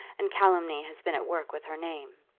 and calumny has been at work with her name.